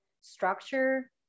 structure